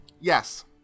Yes